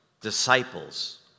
disciples